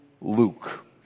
Luke